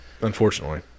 unfortunately